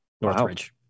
Northridge